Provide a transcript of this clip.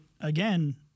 again